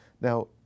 Now